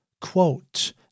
quote